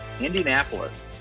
Indianapolis